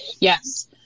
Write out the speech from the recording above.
yes